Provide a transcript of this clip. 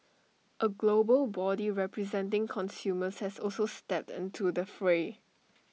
A global body representing consumers has also stepped into the fray